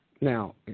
Now